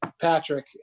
Patrick